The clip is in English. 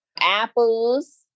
apples